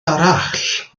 arall